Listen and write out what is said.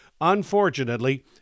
Unfortunately